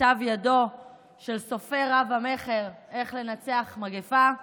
מכתב ידו של סופר רב-המכר "איך לנצח מגפה".